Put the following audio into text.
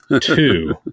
two